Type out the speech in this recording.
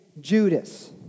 Judas